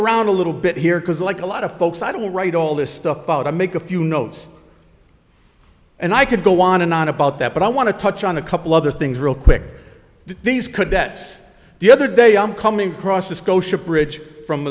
around a little bit here because like a lot of folks i don't write all this stuff out i make a few notes and i could go on and on about that but i want to touch on a couple other things real quick these cadets the other day i'm coming across the scotia bridge from